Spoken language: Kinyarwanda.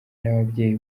n’ababyeyi